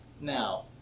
Now